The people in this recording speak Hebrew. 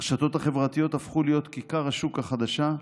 הרשתות החברתיות הפכו להיות כיכר השוק החדשה,